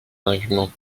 arguments